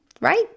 right